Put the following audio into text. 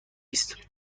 است